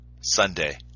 Sunday